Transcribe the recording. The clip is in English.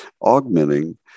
augmenting